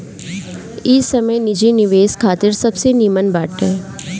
इ समय निजी निवेश खातिर सबसे निमन बाटे